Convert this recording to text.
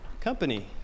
company